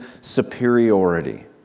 superiority